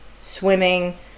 swimming